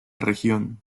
región